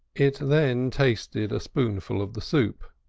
it then tasted a spoonful of the soup,